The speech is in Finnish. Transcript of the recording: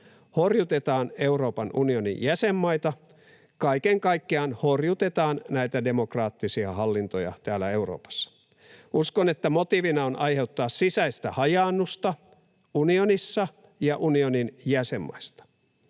horjutetaan Euroopan unionin jäsenmaita, kaiken kaikkiaan horjutetaan näitä demokraattisia hallintoja täällä Euroopassa. Uskon, että motiivina on aiheuttaa sisäistä hajaannusta unionissa ja unionin jäsenmaissa.